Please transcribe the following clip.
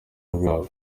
bwabo